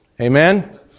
Amen